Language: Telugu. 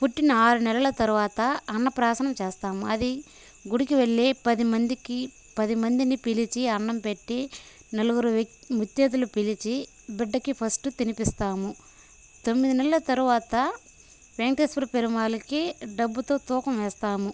పుట్టిన ఆరు నెలల తర్వాత అన్నప్రాసన చేస్తాం అది గుడికి వెళ్లి పదిమందికి పది మంది ని పిలిచి అన్నం పెట్టి నలుగురు ముఖ్య అతిధులు పిలిచి బిడ్డకి ఫస్ట్ తినిపిస్తాము తొమ్మిది నెలల తర్వాత వెంకటేశ్వర పెరుమాళ్ళకి డబ్బుతో తూకం వేస్తాము